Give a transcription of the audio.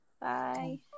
Bye